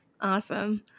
Awesome